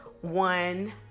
one